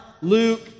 Luke